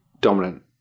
dominant